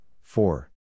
Four